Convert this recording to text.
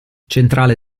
centrale